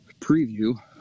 preview